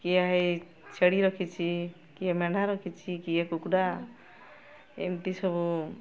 କିଏ ଏଇ ଛେଳି ରଖିଛି କିଏ ମେଣ୍ଢା ରଖିଛି କିଏ କୁକୁଡ଼ା ଏମିତି ସବୁ